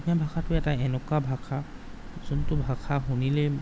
অসমীয়া ভাষাটো এটা এনেকুৱা ভাষা যোনটো ভাষা শুনিলেই